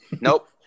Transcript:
nope